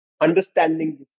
understanding